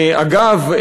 אגב,